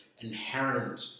inherent